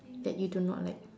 that you do not like